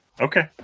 Okay